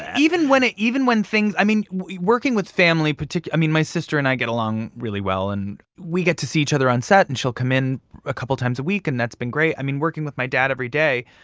even when it even when things i mean, working with family i mean, my sister and i get along really well. and we get to see each other on set, and she'll come in a couple times a week. and that's been great. i mean, working with my dad every day,